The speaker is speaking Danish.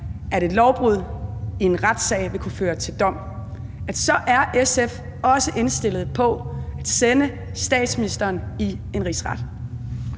at et lovbrud vil kunne føre til dom i en retssag, så er SF også indstillet på at sende statsministeren for en rigsret.